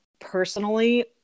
personally